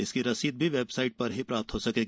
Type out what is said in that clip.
इसकी रसीद भी वेबसाइट पर ही प्राप्त हो सकेगी